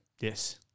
Yes